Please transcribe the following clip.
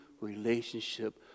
relationship